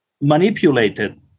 manipulated